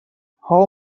how